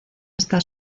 está